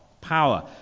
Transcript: power